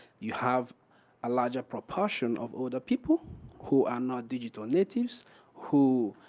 you have a larger proportion of older people who are not digital natives who